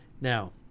Now